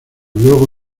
luego